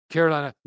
Carolina